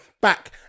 back